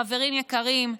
חברים יקרים,